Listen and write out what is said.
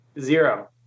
Zero